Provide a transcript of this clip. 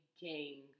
gang